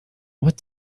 what